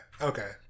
okay